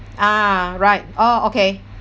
ah right oh okay